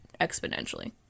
exponentially